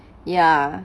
ya